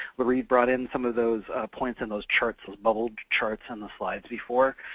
loree brought in some of those points on those charts, those bubbled charts on the slides before.